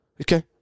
Okay